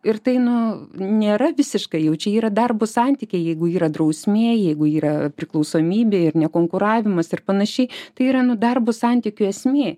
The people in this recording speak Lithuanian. ir tai nu nėra visiškai jau čia yra darbo santykiai jeigu yra drausmė jeigu yra priklausomybė ir nekonkuravimas ir panašiai tai yra nu darbo santykių esmė